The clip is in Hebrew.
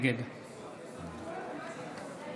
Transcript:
נגד